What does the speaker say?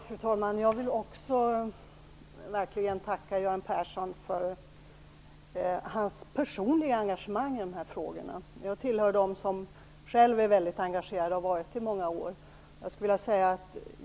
Fru talman! Också jag vill verkligen tacka Göran Persson för hans personliga engagemang i dessa frågor. Jag hör till dem som själv är väldigt engagerad, och det har jag varit under många år.